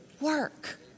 work